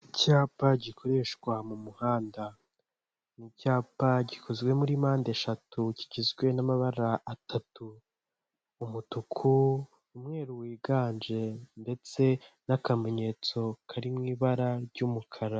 Icyapa gikoreshwa mu muhanda; ni icyapa gikozwe muri mpande eshatu kigizwe n'amabara atatu, umutuku umweru wiganje ndetse n'akamenyetso kari mu ibara ry'umukara.